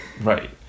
Right